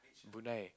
Brunei